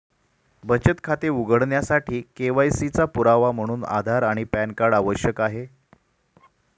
बचत खाते उघडण्यासाठी के.वाय.सी चा पुरावा म्हणून आधार आणि पॅन कार्ड आवश्यक आहे